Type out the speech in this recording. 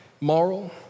moral